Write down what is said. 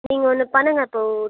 நீங்கள் ஒன்று பண்ணுங்க இப்போது